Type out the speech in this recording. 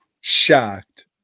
Shocked